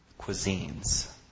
cuisines